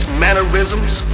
mannerisms